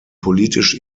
politisch